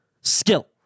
Skill